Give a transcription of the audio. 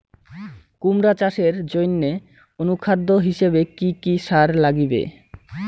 কুমড়া চাষের জইন্যে অনুখাদ্য হিসাবে কি কি সার লাগিবে?